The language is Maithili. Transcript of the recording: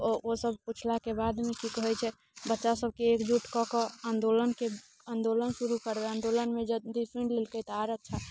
ओ सब पुछलाके बादमे की कहैत छै बच्चा सबके एकजुट कऽ कऽ आन्दोलनके आन्दोलन शुरू करबै आन्दोलनमे यदि सुनि लेलकै तऽ आर अच्छा